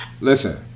Listen